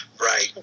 Right